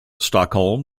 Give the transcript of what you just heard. stockholm